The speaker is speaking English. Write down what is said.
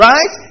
Right